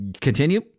continue